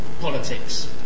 politics